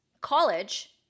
College